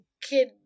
kid